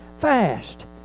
fast